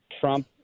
Trump